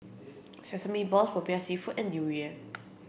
sesame balls Popiah seafood and durian